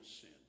sin